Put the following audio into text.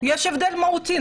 יש הבדל מהותי.